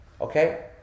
Okay